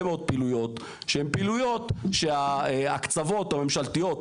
מאוד פעילויות שהן פעילויות שההקצבות הממשלתיות,